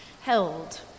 held